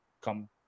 come